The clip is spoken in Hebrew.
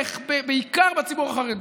בעיקר כלפי הציבור החרדי.